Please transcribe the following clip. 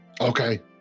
Okay